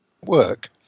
work